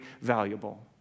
valuable